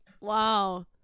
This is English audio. wow